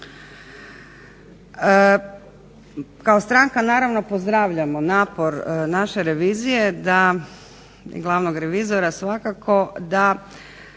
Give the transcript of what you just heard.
Kao stranka naravno pozdravljamo napor naše revizije i glavnog revizora svakako da